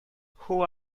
who